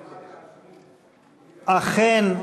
אכן,